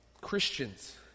Christians